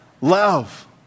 love